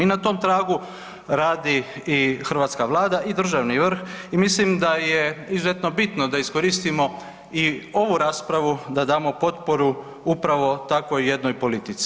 I na tom tragu radi i hrvatska Vlada i državni vrh i mislim da je izuzetno bitno da iskoristimo i ovu raspravu da damo potporu upravo takvoj jednoj politici.